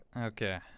Okay